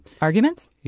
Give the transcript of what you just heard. Arguments